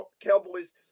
Cowboys